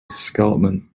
escarpment